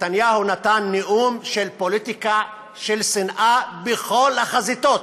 נתניהו נתן נאום של פוליטיקה של שנאה בכל החזיתות: